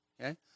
okay